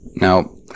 Now